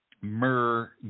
Myrrh